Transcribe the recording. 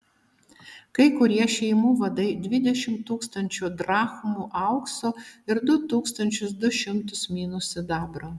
kai kurie šeimų vadai dvidešimt tūkstančių drachmų aukso ir du tūkstančius du šimtus minų sidabro